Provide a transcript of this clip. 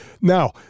now